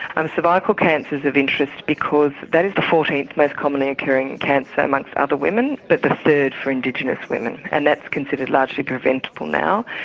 and cervical cancer is of interest because that is the fourteenth most commonly occurring cancer among other women but the third for indigenous women and that's considered largely preventable now.